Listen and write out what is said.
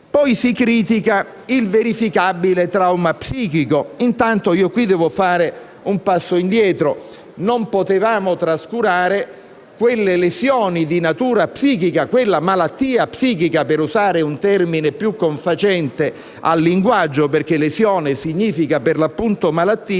Si critica, poi, il «verificabile trauma psichico». Devo fare un passo indietro: non potevamo trascurare quelle lesioni di natura psichica, quella malattia psichica - per usare un termine più confacente al linguaggio, perché lesione significa, appunto, malattia